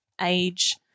age